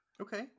Okay